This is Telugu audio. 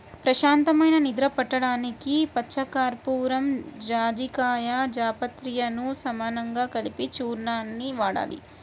ప్రశాంతమైన నిద్ర పట్టడానికి పచ్చకర్పూరం, జాజికాయ, జాపత్రిలను సమానంగా కలిపిన చూర్ణాన్ని వాడాలి